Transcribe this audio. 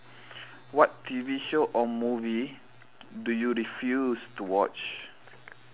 what T_V show or movie do you refuse to watch